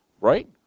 Right